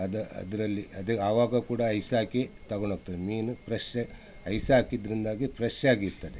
ಅದು ಅದರಲ್ಲಿ ಅದು ಆವಾಗ ಕೂಡ ಐಸ್ ಹಾಕಿ ತಗೊಂಡೋಗ್ತಾರೆ ಮೀನು ಪ್ರೆಶ್ಶ ಐಸ್ ಹಾಕಿದ್ರಿಂದಾಗಿ ಪ್ರೆಶ್ಶಾಗಿರ್ತದೆ